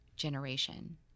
generation